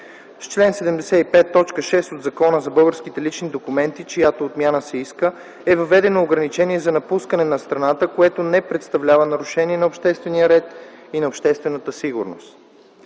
С чл.75, т.6 от Закона за българските лични документи, чиято отмяна се иска, е въведено ограничение за напускане на страната, което не представлява нарушение на обществения ред и обществената сигурност.